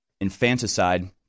infanticide